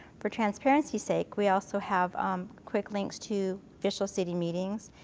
for transparency's sake, we also have quick links to official city meetings,